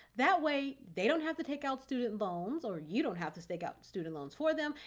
that way they don't have to take out student loans, or you don't have to stake out student loans for them,